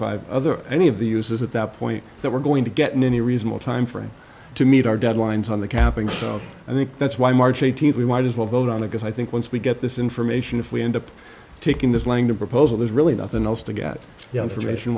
five other any of the uses at that point that we're going to get in any reasonable timeframe to meet our deadlines on the capping so i think that's why march eighteenth we might as well vote on it because i think once we get this information if we end up taking this lying to proposal there's really nothing else to get